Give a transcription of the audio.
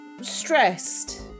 stressed